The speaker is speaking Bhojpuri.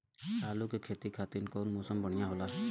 आलू के खेती खातिर कउन मौसम बढ़ियां होला?